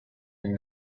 and